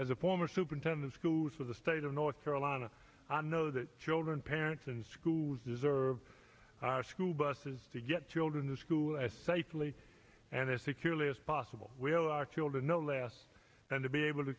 as a former superintendent schools for the state of north carolina i know that children parents and schools deserve our school buses to get children to school as safely and as securely as possible we allow our children no less and to be able to